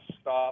stop